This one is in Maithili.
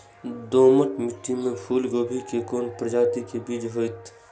दोमट मिट्टी में फूल गोभी के कोन प्रजाति के बीज होयत?